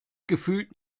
gefühlt